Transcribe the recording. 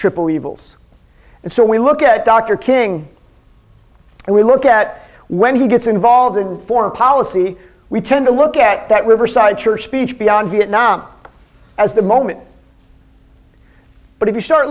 triple evils and so we look at dr king and we look at when he gets involved in foreign policy we tend to look at that riverside church speech beyond vietnam as the moment but if you start